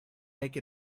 make